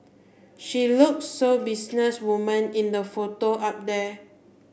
she look so business woman in the photo up there